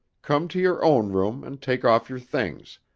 come to your own room and take off your things,